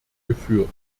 geführt